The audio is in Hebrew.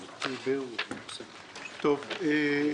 אגב,